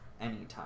anytime